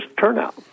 turnout